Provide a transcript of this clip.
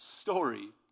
story